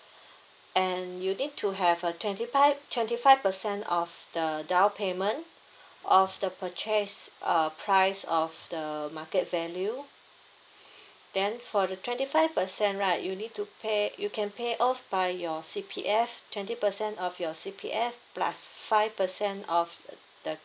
and you need to have a twenty five twenty five percent of the down payment of the purchase err price of the market value then for the twenty five percent right you need to pay you can pay alls by your C_P_F twenty percent of your C_P_F plus five percent of uh the